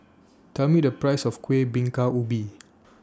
Tell Me The Price of Kuih Bingka Ubi